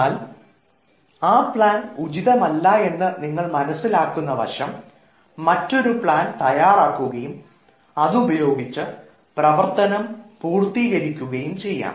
എന്നാൽ ആ പ്ലാൻ ഉചിതമല്ല എന്ന് മനസ്സിലാക്കുന്ന വശം മറ്റൊരു പ്ലാൻ തയ്യാറാക്കുകയും അത് ഉപയോഗിച്ച് പ്രവർത്തനം പൂർത്തീകരിക്കുകയും ചെയ്യാം